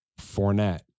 Fournette